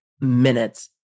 minutes